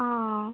অ